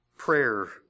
Prayer